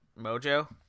Mojo